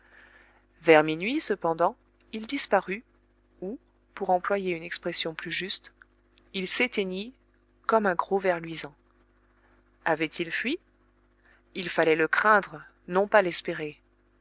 vers minuit cependant il disparut ou pour employer une expression plus juste il s'éteignit comme un gros ver luisant avait-il fui il fallait le craindre non pas l'espérer